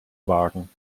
wagen